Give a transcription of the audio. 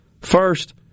First